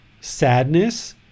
sadness